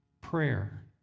prayer